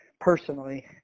personally